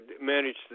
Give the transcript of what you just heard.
managed